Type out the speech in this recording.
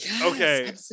Okay